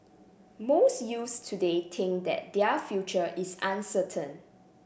most youths today think that their future is uncertain